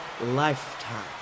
lifetime